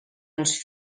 els